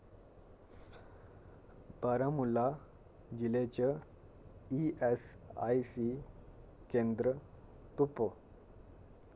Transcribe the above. बारामूला जि'ले च ईऐस्सआईसी केंदर तुप्पो